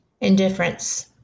Indifference